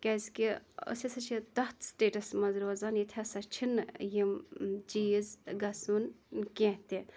کیازکہ أسۍ ہَسا چھِ تَتھ سِٹیٹَس منٛز روزان ییٚتہِ ہَسا چھِ نہِ یِمہ چیٖز گَژھُن کینٛہہ تہِ